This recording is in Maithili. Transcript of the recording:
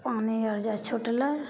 पानि अर जे छूटलय